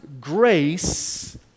grace